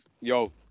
Yo